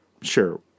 Sure